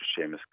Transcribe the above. Seamus